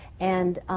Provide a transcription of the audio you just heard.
and